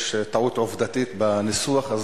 יש טעות עובדתית בניסוח,